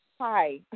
Hi